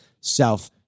South